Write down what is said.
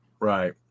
Right